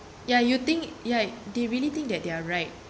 ya you think ya they really think that they are right